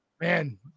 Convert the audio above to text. Man